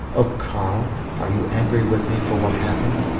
oh, karl, are you angry with me for what happened?